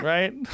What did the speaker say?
Right